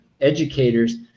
educators